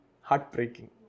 heartbreaking